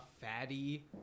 fatty